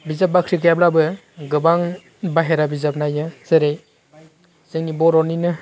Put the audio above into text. बिजाब बाख्रि गैयाब्लाबो गोबां बाहेरा बिजाब नायो जेरै जोंनि बर'निनो